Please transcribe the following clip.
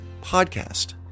podcast